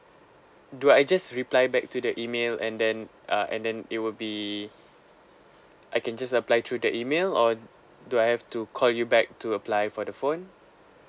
do I just reply back to the email and then uh and then it will be I can just apply through that email or do I have to call you back to apply for the phone